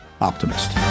Optimist